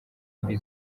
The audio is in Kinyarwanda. mbi